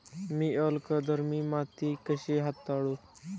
मी अल्कधर्मी माती कशी हाताळू?